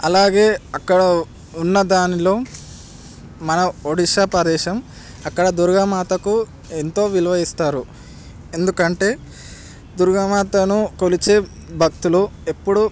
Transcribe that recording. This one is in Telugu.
అలాగే అక్కడ ఉన్న దానిలో మన ఒడిస్సా ప్రదేశం అక్కడ దుర్గామాతకు ఎంతో విలువ ఇస్తారు ఎందుకంటే దుర్గామాతను కొలిచే భక్తులు ఎప్పుడూ